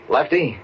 Lefty